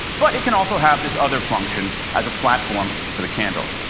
but it can also have this other function, as a platform for the candle.